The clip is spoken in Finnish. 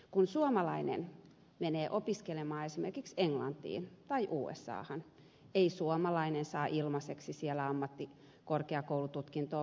kun suomalainen menee opiskelemaan esimerkiksi englantiin tai usahan ei suomalainen saa ilmaiseksi siellä ammattikorkeakoulututkintoa vastaavaa koulutusta